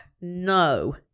no